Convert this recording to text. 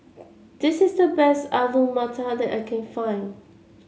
this is the best Alu Matar that I can find